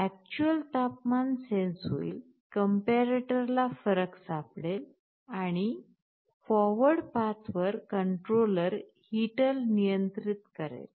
वास्तविक तपमान सेंस होइल कंपॅरटरला फरक सापडेल आणि forward path वर कंट्रोलर हीटर नियंत्रित करेल